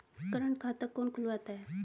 Current खाता कौन खुलवाता है?